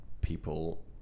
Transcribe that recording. people